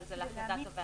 אבל זה להחלטת הוועדה.